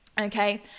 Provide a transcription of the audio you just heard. Okay